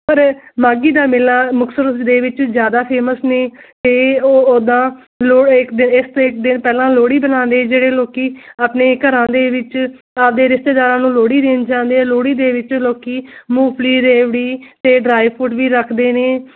ਪਰ ਮਾਘੀ ਮੇਲਾ ਦਾ ਮੁਕਤਸਰ ਦੇ ਵਿੱਚ ਜ਼ਿਆਦਾ ਫੇਮਸ ਨੇ ਤੇ ਉਹਦਾ ਇਸ ਤੋਂ ਇੱਕ ਦਿਨ ਪਹਿਲਾਂ ਲੋਹੜੀ ਮਨਾਉਂਦੇ ਨੇ ਜਿਹੜੇ ਲੋਕੀ ਆਪਣੇ ਘਰਾਂ ਦੇ ਵਿੱਚ ਆਪਦੇ ਰਿਸ਼ਤੇਦਾਰਾਂ ਨੂੰ ਲੋਹੜੀ ਦੇਣ ਜਾਂਦੇ ਆ ਲੋਹੜੀ ਦੇ ਵਿੱਚ ਲੋਕੀ ਮੂੰਗਫਲੀ ਰਿਊੜੀ ਤੇ ਡਰਾਈ ਫੁਟ ਵੀ ਰੱਖਦੇ ਨੇ